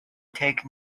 taken